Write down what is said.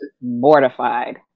Mortified